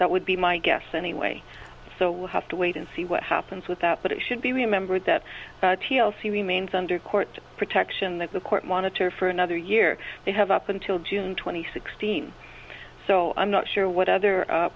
that would be my guess anyway so we'll have to wait and see what happens with that but it should be remembered that t l c remains under court protection that the court monitor for another year they have up until june twenty sixth seen so i'm not sure what other